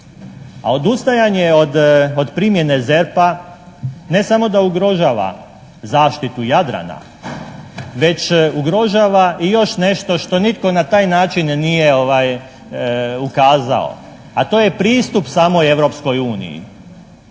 A odustajanje od primjene ZERP-a ne samo da ugrožava zaštitu Jadrana, već ugrožava i još nešto što nitko na taj način nije ukazao, a to je pristup samoj Europskoj uniji